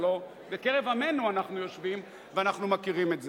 הלוא בקרב עמנו אנחנו יושבים ואנחנו מכירים את זה.